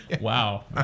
Wow